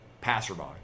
passerby